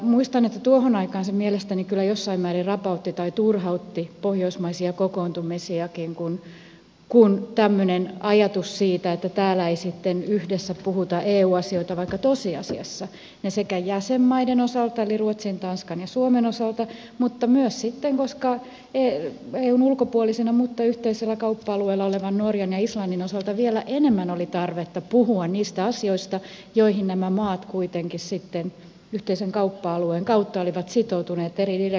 muistan että tuohon aikaan se mielestäni kyllä jossain määrin rapautti tai turhautti pohjoismaisia kokoontumisiakin kun oli tämmöinen ajatus siitä että täällä ei sitten yhdessä puhuta eu asioita vaikka tosiasiassa sekä jäsenmaiden osalta eli ruotsin tanskan ja suomen osalta että myös sitten eun ulkopuolisten mutta yhteisellä kauppa alueella olevien norjan ja islannin osalta vielä enemmän oli tarvetta puhua niistä asioista joihin nämä maat kuitenkin sitten yhteisen kauppa alueen kautta olivat sitoutuneet eri direktiiveistä